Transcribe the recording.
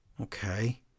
Okay